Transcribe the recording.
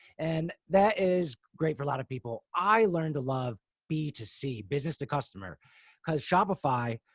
and that is great for a lot of people. i learned to love b to c business to customer because shopify,